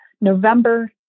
November